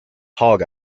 hog